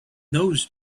those